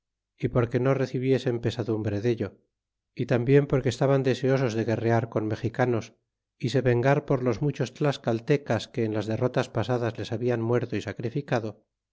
y porque no recibiesen pesadumbre dello y tambien porque estaban deseosos de guerrear con mexicanos y se vengar por los muchos tlascaltecas que en las derrotas pasadas les habian muerto y sacrificado